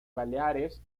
baleares